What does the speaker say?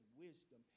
wisdom